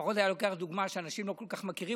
לפחות היה לוקח דוגמה שאנשים לא כל כך מכירים,